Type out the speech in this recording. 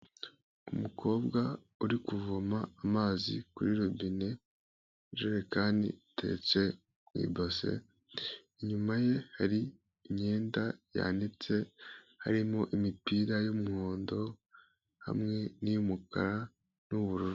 Umukobwa uri kuvoma amazi kuri robine, ijerekani iteretse ku ibase, inyuma ye hari imyenda yanitse, harimo imipira y'umuhondo, hamwe n'iy'umukara n'ubururu.